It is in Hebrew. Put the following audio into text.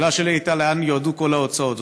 השאלה שלי הייתה לאן יועדו כל ההוצאות.